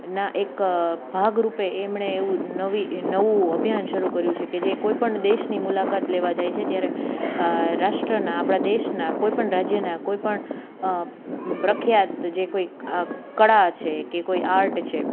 ના એક ભાગ રૂપે એમણે એવું નવી નવું અભિયાન શરૂ કર્યું છે કે જે કોઈપણ દેશની મુલાકાત લેવા જાય છે તે રાષ્ટ્રના આપણા દેશના કોઈ પણ રાજ્યના કોઈ પણ પ્રખ્યાત જે કોઈ કળા છે કે કોઈ આર્ટ છે